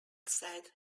said